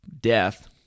death